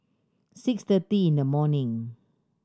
six thirty in the morning